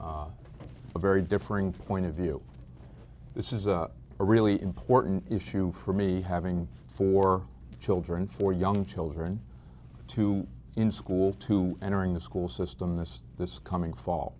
a very different point of view this is a really important issue for me having four children four young children two in school two entering the school system this this coming fa